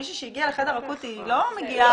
מישהי שהגיעה לחדר אקוטי --- לא בהכרח.